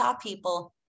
people